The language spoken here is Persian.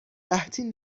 قحطی